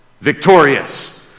Victorious